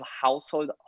household